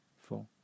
four